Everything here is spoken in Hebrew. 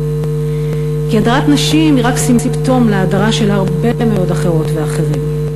כי הדרת נשים היא רק סימפטום להדרה של הרבה מאוד אחרות ואחרים.